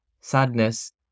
sadness